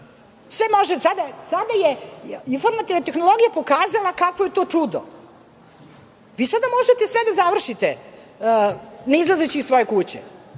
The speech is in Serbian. sladoled. Sada je informativna tehnologija pokazala kakvo je to čudo. Vi sada možete sve da završite ne izlazeći iz svoje kuće.